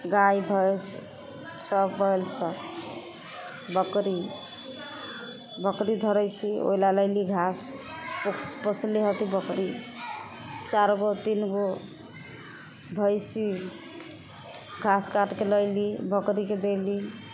गाइ भैँस सब बैल सब बकरी बकरी धरै छी ओहिलए लैली घास पोसली हथी बकरी चारिगो तीनगो भैँसी घास काटिके लैली बकरीके देली